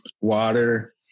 water